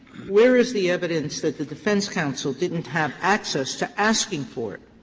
where is the evidence that the defense counsel didn't have access to asking for it?